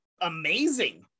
amazing